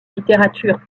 littérature